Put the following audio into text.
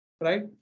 right